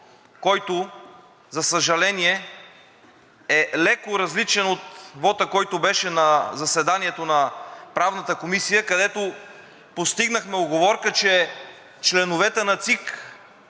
който, за съжаление, е леко различен от вота, който беше на заседанието на Правната комисия, където постигнахме уговорка , че членовете на ЦИК